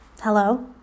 Hello